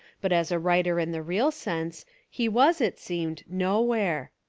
but as a writer in the real sense, he was, it seemed, no where.